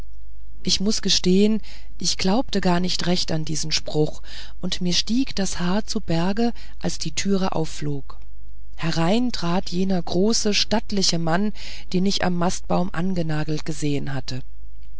ich muß gestehen ich glaubte gar nicht recht an diesen spruch und mir stieg das haar zu berg als die türe aufflog herein trat jener große stattliche mann den ich am mastbaum angenagelt gesehen hatte